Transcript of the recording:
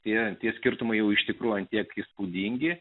tie tie skirtumai jau iš tikrųjų kiek įspūdingi